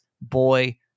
Boy